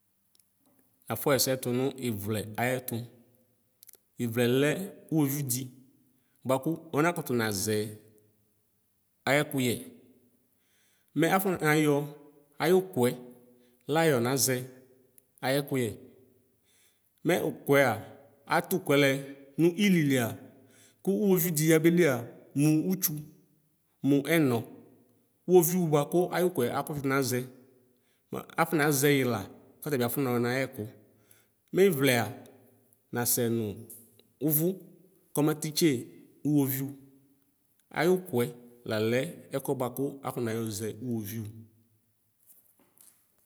Nafɔxɛsɛ tʋnʋ ivlɛ ayɛtʋ wlɛlɛ iwovidi bʋakʋ ɔnakʋtʋ nazɛ ayɛkuyɛ mɛ ʋkʋɛa atʋ ʋtʋɛlɛ nililia kʋ uwovidi yabe lia mʋa ʋtsʋ mʋ ɛnɔ ʋwoviʋ bʋakʋ ayʋkʋɛ akʋtʋ nazɛ m akɔ nazɛyila kɔtabi afɔnɔ nayɛkʋ mixlɛa nasɛnʋ ʋvʋ kɔmati tse ʋwoviʋ ayʋkʋɛ lalɛ ɛkʋɛ bʋakʋ afɔnayɔ zɛ ʋwoviʋ.